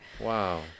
Wow